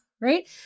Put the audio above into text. Right